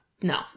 No